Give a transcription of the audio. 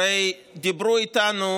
הרי דיברו איתנו